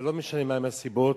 ולא משנה מהן הסיבות,